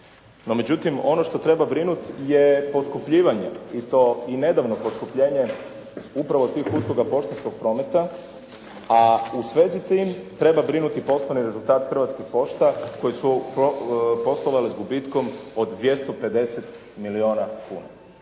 međutim, ono što treba brinuti je poskupljivanje i to nedavno poskupljenje upravo svih usluga poštanskog prometa a u svezi s tim treba brinuti i poslovni rezultat Hrvatskih pošta koje su poslovale s gubitkom od 250 milijuna kuna.